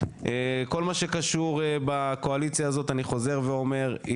כל מה שקשור בקואליציה הזאת אני חוזר ואומר,